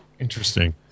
Interesting